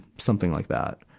something like that.